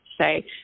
say